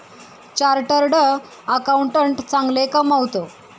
chartered accountant चांगले कमावतो